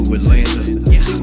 Atlanta